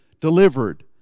delivered